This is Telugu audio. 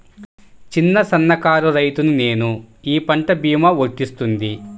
చిన్న సన్న కారు రైతును నేను ఈ పంట భీమా వర్తిస్తుంది?